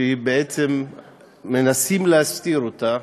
שבעצם מנסים להסתיר אותה,